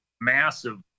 massive